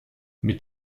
mit